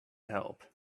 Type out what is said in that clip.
help